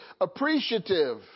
appreciative